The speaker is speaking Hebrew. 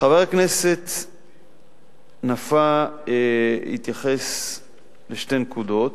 חבר הכנסת נפאע התייחס לשתי נקודות: